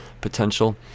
potential